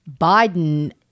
Biden